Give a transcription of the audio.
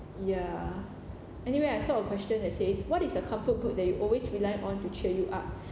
ya anyway I saw a question that says what is a comfort food that you always rely on to cheer you up